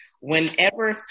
whenever